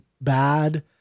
bad